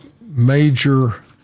major